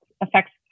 affects